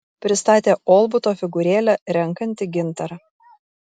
pristatė olbuto figūrėlę renkanti gintarą